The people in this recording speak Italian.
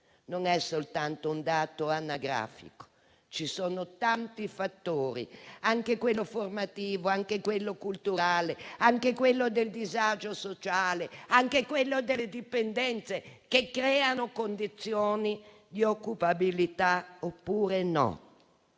non è soltanto un dato anagrafico, ci sono tanti fattori, anche quello formativo, anche quello culturale, anche quello del disagio sociale, anche quello delle dipendenze, che la determinano.